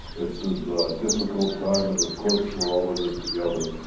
it says difficult time and of course, we're all in it together.